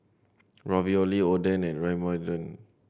Ravioli Oden and Ramyeon